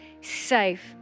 safe